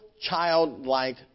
childlike